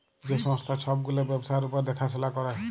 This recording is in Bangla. যে সংস্থা ছব গুলা ব্যবসার উপর দ্যাখাশুলা ক্যরে